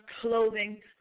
clothing